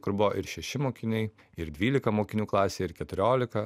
kur buvo ir šeši mokiniai ir dvylika mokinių klasėj ir keturiolika